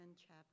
chapter